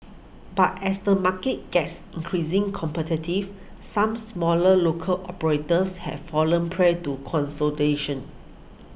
but as the market gets increasing competitive some smaller local operators have fallen prey to consolidation